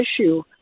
issue